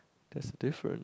that's a different